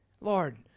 Lord